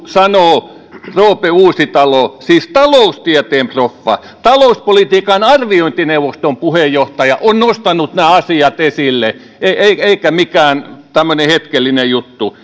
sanoo roope uusitalo siis taloustieteen proffa talouspolitiikan arviointineuvoston puheenjohtaja on nostanut nämä asiat esille eikä tämä ole mikään tämmöinen hetkellinen juttu